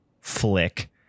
flick